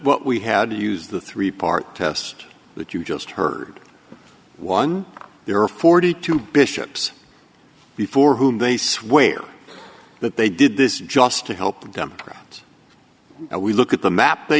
what we had to use the three part test that you just heard one there are forty two bishops before whom they swear that they did this just to help democrats and we look at the map they